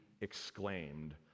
exclaimed